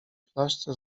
flaszce